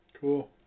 Cool